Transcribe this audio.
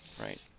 Right